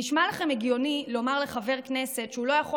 נשמע לכם הגיוני לומר לחבר כנסת שהוא לא יכול